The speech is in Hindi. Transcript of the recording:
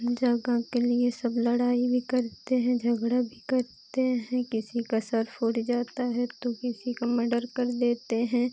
जगह के लिए सब लड़ाई भी करते हैं झगड़ा भी करते हैं किसी का सर फूट जाता है तो किसी का मडर कर देते हैं